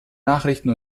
nachrichten